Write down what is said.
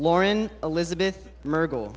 lauren elizabeth myrtle